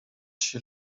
się